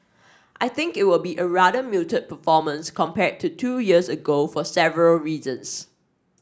I think it will be a rather muted performance compared to two years ago for several reasons